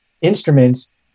instruments